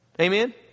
Amen